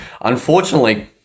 unfortunately